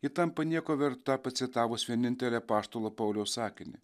ji tampa nieko verta pacitavus vienintelį apaštalo pauliaus sakinį